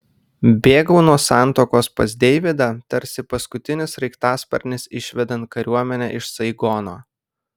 bėgau nuo santuokos pas deividą tarsi paskutinis sraigtasparnis išvedant kariuomenę iš saigono